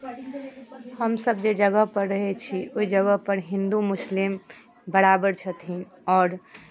हमसभ जे जगहपर रहै छी ओहि जगहपर हिन्दू मुस्लिम बराबर छथिन आओर